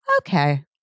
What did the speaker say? okay